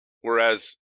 Whereas